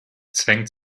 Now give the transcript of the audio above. zwängt